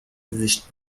gesicht